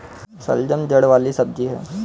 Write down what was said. शलजम जड़ वाली सब्जी है